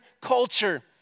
culture